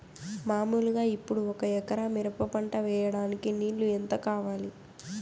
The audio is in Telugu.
మామూలుగా ఇప్పుడు ఒక ఎకరా మిరప పంట వేయడానికి నీళ్లు ఎంత కావాలి?